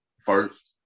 first